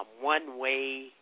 one-way